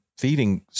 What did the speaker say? Feeding